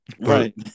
Right